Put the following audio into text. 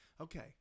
Okay